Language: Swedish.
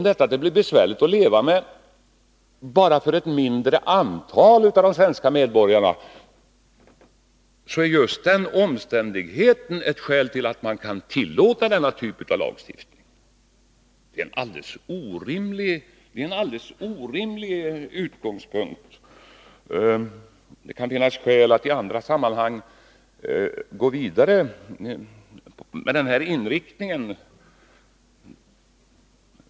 Det är en alldeles orimlig utgångspunkt att den omständigheten, som Kjell-Olof Feldt säger, att lagen bara kommer att tillämpas på ett mindre antal svenska medborgare gör att den kan tillåtas.